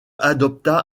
adopta